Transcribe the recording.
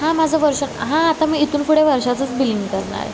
हां माझं वर्ष हां आता मी इथून पुढे वर्षाचंच बिलिंग करणार आहे